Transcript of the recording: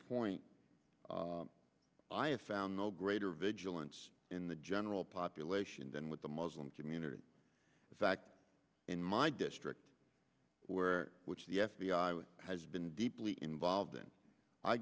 point i have found no greater vigilance in the general population than with the muslim community in fact in my district where which the f b i has been deeply involved in i